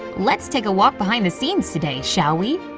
let's take a walk behind the scenes today, shall we?